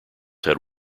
had